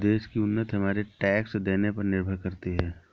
देश की उन्नति हमारे टैक्स देने पर निर्भर करती है